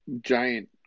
giant